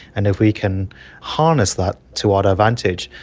and if we can harness that to our advantage,